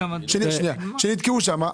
זה; אני יכול להראות לך בניינים כאלה, שנתקעו שם.